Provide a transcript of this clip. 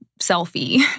selfie